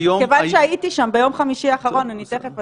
מכיוון שהייתי שם ביום חמישי אחרון אני תכף,